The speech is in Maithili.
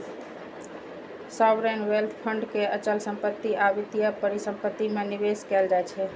सॉवरेन वेल्थ फंड के अचल संपत्ति आ वित्तीय परिसंपत्ति मे निवेश कैल जाइ छै